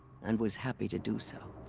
and was happy to do so.